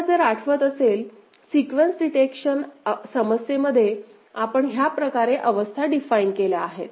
आपल्याला आठवत असल्यास सिक्वेन्स डिटेक्शन समस्येमध्ये आपण ह्या प्रकारे अवस्था डिफाइन केल्या आहेत